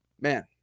man